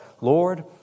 Lord